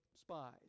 spies